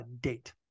date